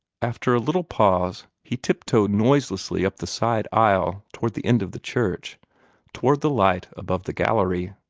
after a little pause, he tiptoed noiselessly up the side aisle toward the end of the church toward the light above the gallery.